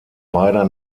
beider